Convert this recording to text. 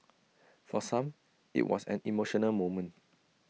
for some IT was an emotional moment